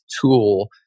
tool